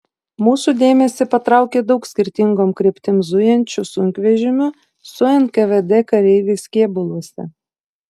mūsų dėmesį patraukė daug skirtingom kryptim zujančių sunkvežimių su nkvd kareiviais kėbuluose